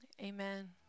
Amen